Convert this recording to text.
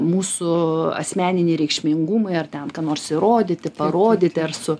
mūsų asmeniniai reikšmingumai ar ten ką nors įrodyti parodyti ar su